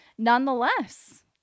Nonetheless